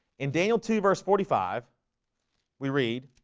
in daniel two verse forty five we read